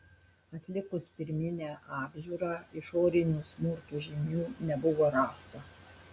atlikus pirminę apžiūrą išorinių smurto žymių nebuvo rasta